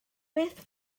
beth